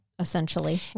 Essentially